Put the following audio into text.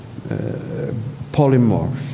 polymorph